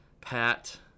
Pat